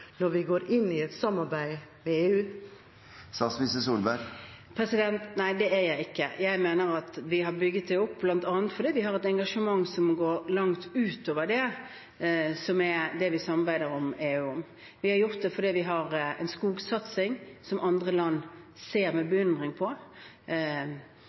når vi går inn i et samarbeid med EU? Nei, det er jeg ikke. Jeg mener at vi har bygd den opp bl.a. fordi vi har et engasjement som går langt utover det som er det vi samarbeider med EU om. Vi har den fordi vi har en skogsatsing, som andre land ser med beundring på.